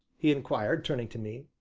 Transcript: he inquired, turning to me.